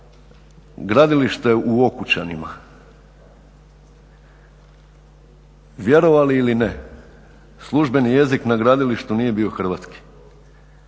gradilište u Okučanima, vjerovali ili ne službeni jezik na gradilištu nije bio hrvatski.